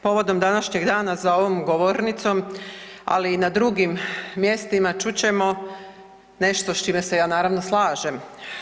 Povodom današnjeg dana za ovom govornicom, ali i na drugim mjestima čut ćemo nešto s čime se ja naravno slažem.